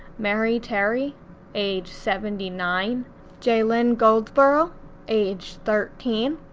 mary terry age seventy nine jalen goldsborough age thirteen,